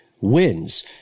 wins